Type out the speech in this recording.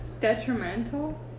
detrimental